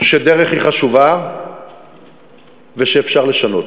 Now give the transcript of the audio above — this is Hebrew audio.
שדרך היא חשובה ושאפשר לשנות.